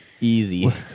Easy